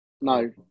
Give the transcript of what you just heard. No